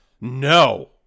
No